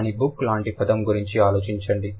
కానీ బుక్ లాంటి పదం గురించి ఆలోచించండి